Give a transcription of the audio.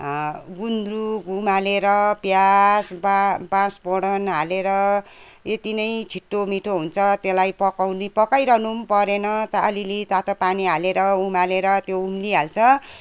गुन्द्रुक उमालेर प्याज वा पाँचफोरन हालेर यति नै छिटोमिठो हुन्छ त्यसलाई पकाउने पकाइरहनु पनि परेन त अलिअलि तातो पानी हालेर उमालेर त्यो उम्लिहाल्छ